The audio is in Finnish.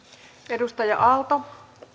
arvoisa rouva